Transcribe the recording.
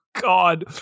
God